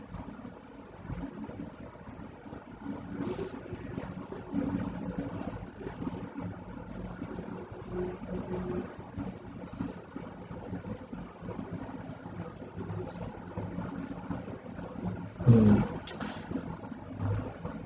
mm